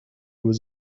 was